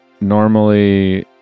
normally